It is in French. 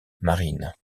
marines